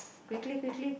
quickly quickly